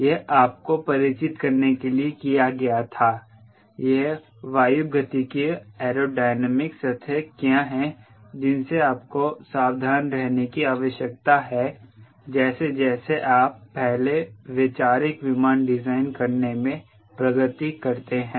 यह आपको परिचित करने के लिए किया गया था वह वायुगतिकीय एरोडायनामिक सतह क्या हैं जिनसे आपको सावधान रहने की आवश्यकता है जैसे जैसे आप पहले वैचारिक विमान डिजाइन करने में प्रगति करते हैं